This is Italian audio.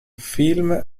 film